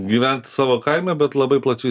gyvent savo kaime bet labai plačiai